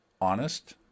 honest